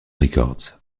records